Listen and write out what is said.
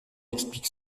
exprime